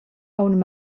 aunc